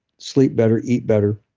sleep better, eat better.